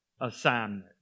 Assignment